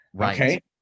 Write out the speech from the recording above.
okay